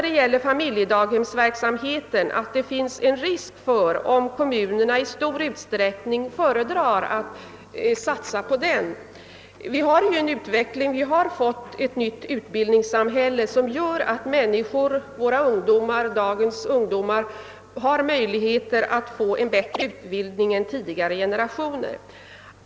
Det finns nog också en risk, om kommunerna i stor utsträckning föredrar att satsa på familjedaghemsverksamheten. Vi har ju fått en ny skola som möjliggör för dagens ungdomar att få en bättre utbildning än tidigare generationer.